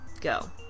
Go